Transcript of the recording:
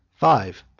five.